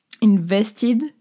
invested